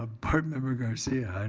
ah board member garcia,